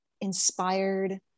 inspired